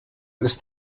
ist